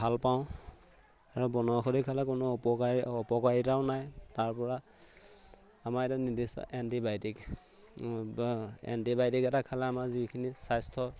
ভাল পাওঁ আৰু বনৌষধি খালে কোনো অপকাৰী অপকাৰিতাও নাই তাৰপৰা আমাৰ এতিয়া নিৰ্দিষ্ট এণ্টিবায়'টিক এণ্টিবায়'টিক এটা খালে আমাৰ যিখিনি স্বাস্থ্য